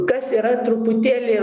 kas yra truputėlį